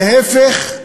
להפך,